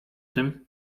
tym